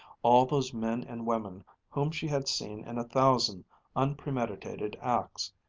all those men and women whom she had seen in a thousand unpremeditated acts,